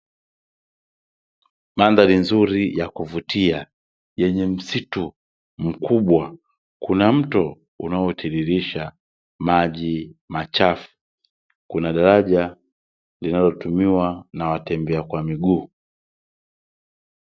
Mandhari nzuri ya kuvutia, yenye msitu mkubwa, kuna mto unaotiririsha maji machafu, kuna daraja linalotumiwa na watembea kwa miguu.